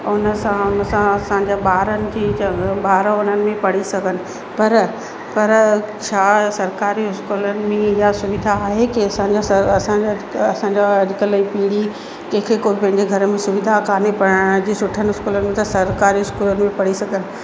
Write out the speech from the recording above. ऐं उन सां उन सां असांजा ॿारनि जी ज़रूर ॿार हुननि में पढ़ी सघनि था पर पर छा सरकारी स्कूलनि में इहा सुविधा आहे की असांजा असांजा असांजा अॼकल्ह ई पीड़ी कंहिंखें कोई पंहिंजे घर में सुविधा कोन्हे पढ़ण जी सुठनि स्कूलनि में त सरकारी स्कूलनि में पढ़ी सघनि